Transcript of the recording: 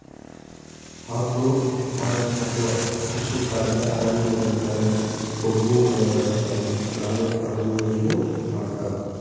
agroforestry ಅಥವಾ ಕೃಷಿಕಾಡ್ನಾಗ್ ಸಣ್ಣ್ ಗಿಡ, ಮರ, ಬಂಬೂ ಮರ ಬೆಳಸ್ತಾರ್ ಮತ್ತ್ ಪ್ರಾಣಿ ಸಾಗುವಳಿನೂ ಮಾಡ್ತಾರ್